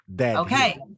Okay